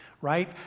Right